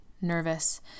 nervous